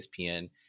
ESPN